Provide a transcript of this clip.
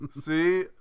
See